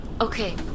Okay